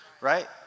right